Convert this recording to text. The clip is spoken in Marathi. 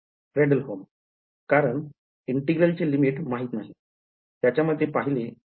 Fredholm कारण inegral चे लिमिट माहित नाही